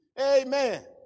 Amen